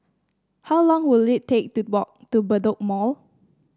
how long will it take to walk to Bedok Mall